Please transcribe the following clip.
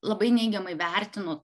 labai neigiamai vertino